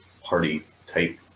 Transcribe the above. party-type